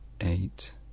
eight